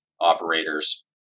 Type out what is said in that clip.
operators